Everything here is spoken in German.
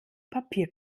papier